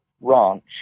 ranch